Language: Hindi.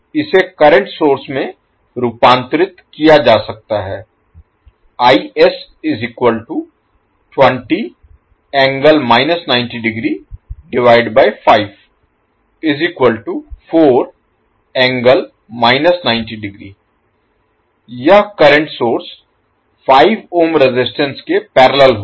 इसे करंट सोर्स में रूपांतरित किया जा सकता है यह करंट सोर्स 5 ohm रेजिस्टेंस के पैरेलल होगा